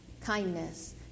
kindness